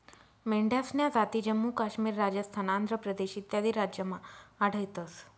मेंढ्यासन्या जाती जम्मू काश्मीर, राजस्थान, आंध्र प्रदेश इत्यादी राज्यमा आढयतंस